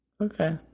Okay